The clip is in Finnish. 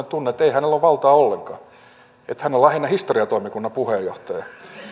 tunne että ei hänellä ole valtaa ollenkaan että hän on lähinnä historiatoimikunnan puheenjohtaja